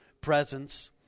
presence